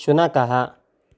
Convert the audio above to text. शुनकः